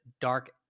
dark